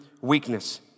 weakness